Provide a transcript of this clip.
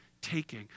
taking